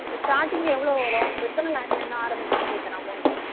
starting எவ்வளோ வரும் எத்தனை லாக்லேந்து ஆரம்மிக்குனு கேட்கறேன் அமௌண்ட்டு